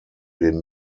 den